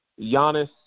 Giannis